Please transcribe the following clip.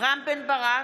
רם בן ברק,